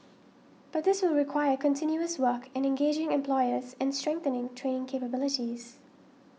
but this will require continuous work in engaging employers and strengthening training capabilities